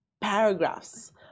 paragraphs